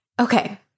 Okay